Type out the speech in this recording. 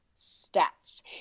steps